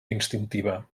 instintiva